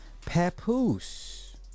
Papoose